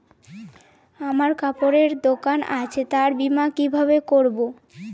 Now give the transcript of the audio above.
আমার কাপড়ের এক দোকান আছে তার বীমা কিভাবে করবো?